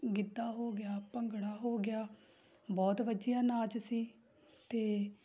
ਗਿੱਧਾ ਹੋ ਗਿਆ ਭੰਗੜਾ ਹੋ ਗਿਆ ਬਹੁਤ ਵਧੀਆ ਨਾਚ ਸੀ ਅਤੇ